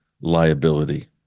liability